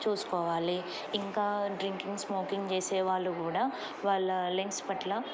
చూసుకోవాలి ఇంకా drinking smoking చేసే వాళ్ళు కూడా వాళ్ళ లెంగ్స్ పట్ల